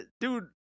dude